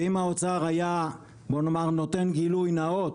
אם האוצר היה נותן גילוי נאות,